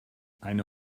eine